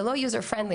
זה לא ידידותי למשתמש,